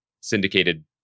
syndicated